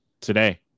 today